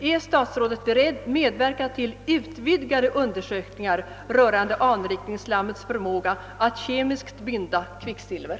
Är statsrådet beredd medverka till utvidgade undersökningar rörande anrikningsslammets förmåga att kemiskt binda kvicksilver?